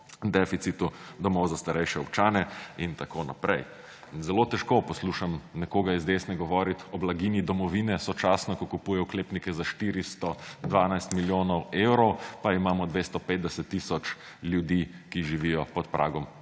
deficitu domov za starejše občane in tako naprej. In zelo težko poslušam nekoga iz desne govoriti o blaginji domovine, sočasno, ko kupuje oklepnike za 412 milijonov evrov, pa imamo 250 tisoč, ki živijo pod pragom